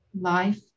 life